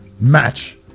match